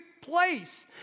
place